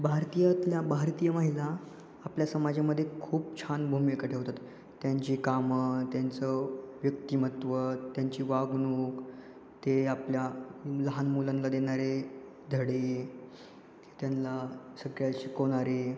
भारतीयातल्या भारतीय महिला आपल्या समाजामध्ये खूप छान भूमिका ठेवतात त्यांची कामं त्यांचं व्यक्तिमत्व त्यांची वागणूक ते आपल्या लहान मुलांला देणारे धडे त्यांना सगळ्या शिकवणारे